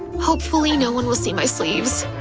hopefully no one will see my sleeves.